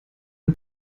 ein